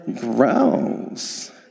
gross